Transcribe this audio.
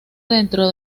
dentro